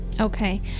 Okay